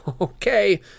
Okay